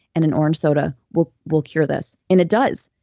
and an orange soda will will cure this. and it does.